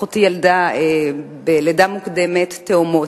אחותי ילדה בלידה מוקדמת תאומות,